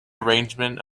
arrangements